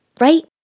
right